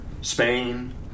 Spain